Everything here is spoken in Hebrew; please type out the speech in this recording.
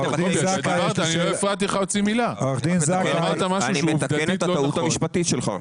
אני מתקן את הטעות המשפטית שלך.